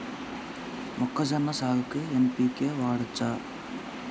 మొక్కజొన్న సాగుకు ఎన్.పి.కే వాడచ్చా?